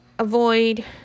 Avoid